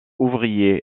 ouvrier